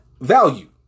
value